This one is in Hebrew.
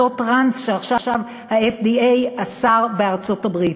אותו טראנס שעכשיו ה-FDA אסר בארצות-הברית.